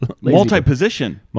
Multi-position